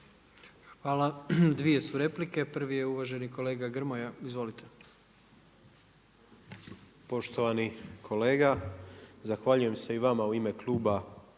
Hvala. Dvije su replike. Prvi je uvaženi kolega Grmoja. Izvolite. **Grmoja, Nikola (MOST)** Poštovani kolega, zahvaljujem se i vama u ime kluba